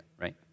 right